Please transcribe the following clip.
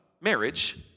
Marriage